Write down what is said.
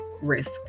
risk